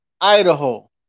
Idaho